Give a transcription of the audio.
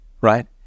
right